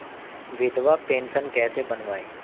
विधवा पेंशन कैसे बनवायें?